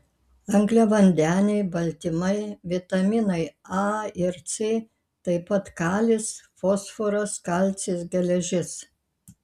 angliavandeniai baltymai vitaminai a ir c taip pat kalis fosforas kalcis geležis